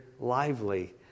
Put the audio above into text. lively